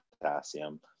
potassium